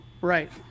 Right